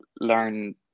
learn